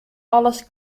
alles